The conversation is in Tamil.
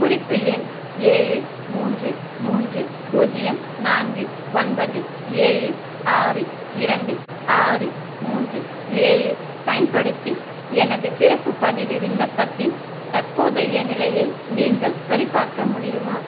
குறிப்பு எண் ஏழு மூன்று மூன்று பூஜ்யம் நான்கு ஒன்பது ஏழு ஆறு இரண்டு ஆறு மூன்று ஏழு பயன்படுத்தி எனது பிறப்பு பதிவு விண்ணப்பத்தின் தற்போதைய நிலையை நீங்கள் சரிபார்க்க முடியுமா